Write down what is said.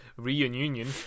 Reunion